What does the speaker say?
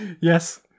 Yes